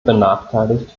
benachteiligt